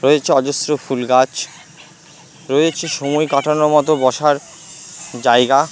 রয়েছে অজস্র ফুল গাছ রয়েছে সময় কাটানোর মতো বসার জায়গা